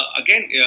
again